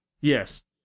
Yes